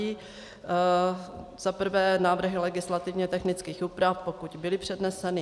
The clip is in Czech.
Za prvé návrhy legislativně technických úprav, pokud byly předneseny.